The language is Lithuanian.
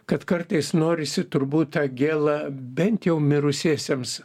kad kartais norisi turbūt tą gėla bent jau mirusiesiems